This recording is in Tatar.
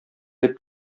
дип